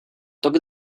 toc